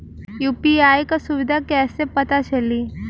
UPI क सुविधा कैसे पता चली?